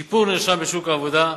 שיפור נרשם בשוק העבודה.